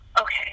Okay